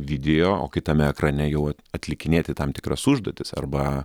video o kitame ekrane jau atlikinėti tam tikras užduotis arba